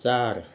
चार